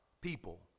people